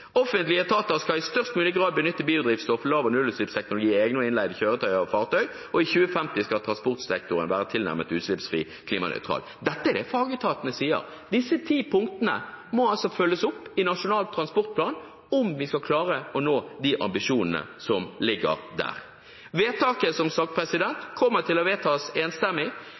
Offentlige etater skal i størst mulig grad benytte biodrivstoff, lav- og nullutslippsteknologi i egne og innleide kjøretøy og fartøy, og i 2050 skal transportsektoren være tilnærmet utslippsfri eller klimanøytral. Dette er det fagetatene sier. Disse ti punktene må altså følges opp i Nasjonal transportplan hvis vi skal klare å nå de ambisjonene som ligger der. Vedtaket i dag kommer til å være enstemmig.